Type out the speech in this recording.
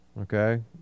Okay